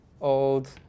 old